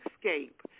Escape